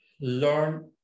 learn